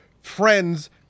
Friends